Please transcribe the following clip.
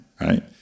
right